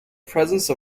presence